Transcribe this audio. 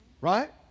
Right